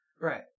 Right